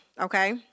okay